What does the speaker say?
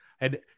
and-